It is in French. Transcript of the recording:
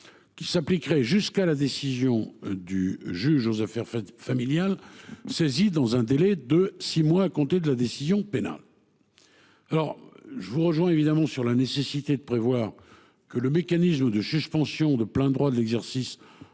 Il s’appliquerait jusqu’à la décision du juge aux affaires familiales, saisi dans un délai de six mois à compter de la décision pénale. Je vous rejoins évidemment sur la nécessité de prévoir que le mécanisme de suspension de plein droit de l’exercice